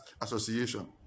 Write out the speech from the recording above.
Association